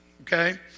okay